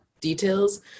details